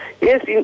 Yes